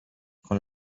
con